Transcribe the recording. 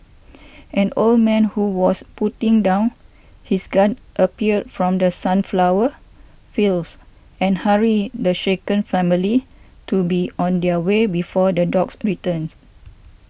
an old man who was putting down his gun appeared from the sunflower fields and hurried the shaken family to be on their way before the dogs returns